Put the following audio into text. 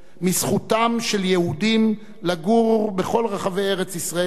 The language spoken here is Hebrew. מזכותם של יהודים לגור בכל רחבי ארץ-ישראל,